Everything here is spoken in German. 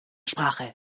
sprache